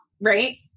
Right